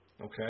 Okay